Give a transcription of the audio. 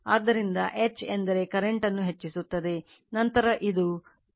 ಆದ್ದರಿಂದ H ಎಂದರೆ current ಅನ್ನು ಹೆಚ್ಚಿಸುತ್ತದೆ ನಂತರ ಇದು o g b ಮಾರ್ಗವನ್ನು ಅನುಸರಿಸುತ್ತದೆ